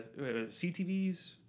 CTVs